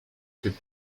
could